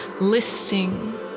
listing